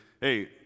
hey